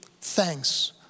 thanks